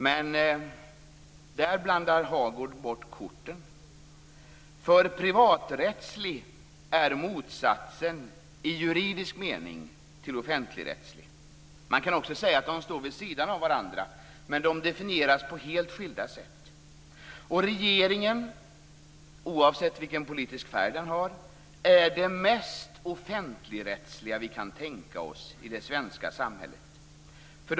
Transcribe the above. Men där blandar Hagård bort korten. För privaträttslig är i juridisk mening motsatsen till offentligrättslig. Man kan också säga att de står vid sidan av varandra, men de definieras på helt skilda sätt. Regeringen, oavsett vilken politisk färg den har, är det mest offentligrättsliga vi kan tänka oss i det svenska samhället.